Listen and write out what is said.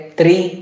Three